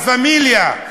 "לה פמיליה",